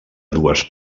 dues